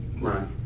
Right